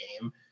game